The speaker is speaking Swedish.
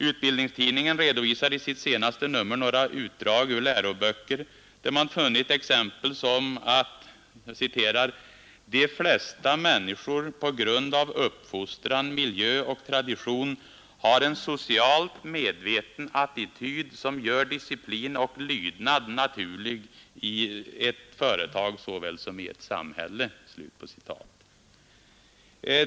”Utbildningstidningen” redovisar i sitt senaste nummer nagra utdrag ur läroböcker, där man funnit exempel som att ”de flesta människor på grund av uppfostran, miljö och tradition har en socialt medveten attityd. som gör disciplin och lydnad naturlig i ett företag saväl som i ett samhälle”.